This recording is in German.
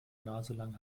naselang